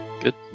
Good